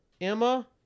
Emma